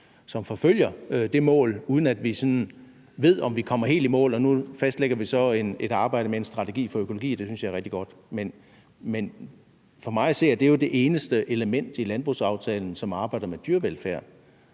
som forfølger det mål, uden at vi sådan ved, om vi kommer helt i mål, og nu fastlægger vi så et arbejde med en strategi for økologi, og det synes jeg er rigtig godt. Men for mig at se er det jo det eneste element i landbrugsaftalen, som arbejder med dyrevelfærd.